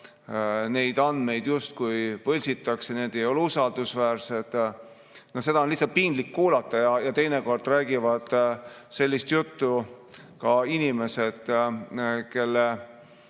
neid andmeid justkui võltsitakse, et need ei ole usaldusväärsed. Seda on lihtsalt piinlik kuulata. Ja teinekord räägivad sellist juttu ka inimesed, kelle